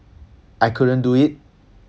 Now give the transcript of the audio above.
I couldn't do it